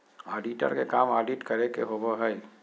auditor के काम audit करे के होबो हइ